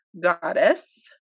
goddess